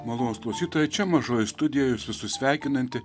malonūs klausytojai čia mažoji studija jus visus sveikinanti